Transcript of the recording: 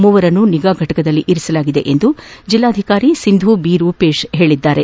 ಮೂವರನ್ನು ನಿಗಾ ಫಟಕದಲ್ಲಿ ಇರಿಸಲಾಗಿದೆ ಎಂದು ಜೆಲ್ಲಾಧಿಕಾರಿ ಸಿಂಧು ರೂಪೇಶ್ ತಿಳಿಸಿದ್ದಾರೆ